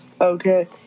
Okay